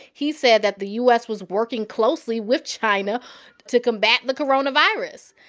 he said that the u s. was working closely with china to combat the coronavirus.